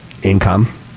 income